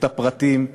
את הפרטים,